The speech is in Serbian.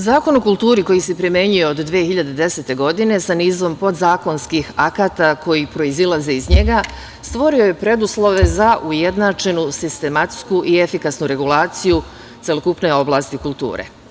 Zakon o kulturi koji se primenjuje od 2010. godine sa nizom podzakonskih akata koji proizilaze iz njega stvorio je preduslove za ujednačenu, sistematsku i efikasnu regulaciju celokupne oblasti kulture.